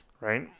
Right